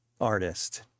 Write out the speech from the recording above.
artist